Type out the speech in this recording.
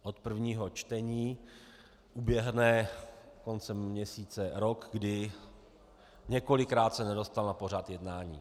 Od prvního čtení uběhne koncem měsíce rok, kdy se několikrát nedostala na pořad jednání.